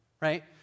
right